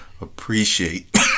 appreciate